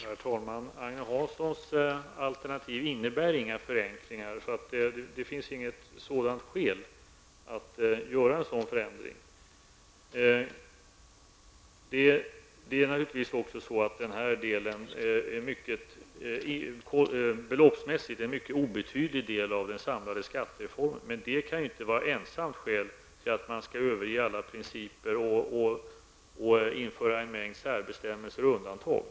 Herr talman! Agne Hanssons alternativ innebär ingen förenkling. Det finns inget sådant skäl att göra en förändring. Beloppsmässigt är det här en mycket obetydlig del av den samlade skattereformen. Det kan ju inte vara ett ensamt skäl till att man skall överge alla principer och införa en mängd särbestämmelser och undantag.